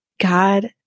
God